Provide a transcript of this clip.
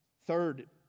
Third